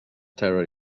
terror